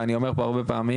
ואני אומר כמו בכל הפעמים,